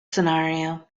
scenario